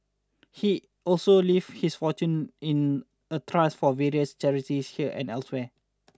he also leave his fortune in a trust for various charities here and elsewhere